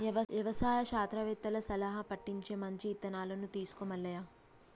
యవసాయ శాస్త్రవేత్తల సలహా పటించి మంచి ఇత్తనాలను తీసుకో మల్లయ్య